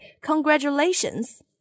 Congratulations